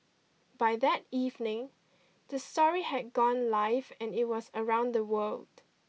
by that evening the story had gone live and it was around the world